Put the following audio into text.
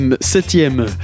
septième